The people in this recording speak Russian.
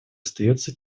остается